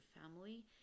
family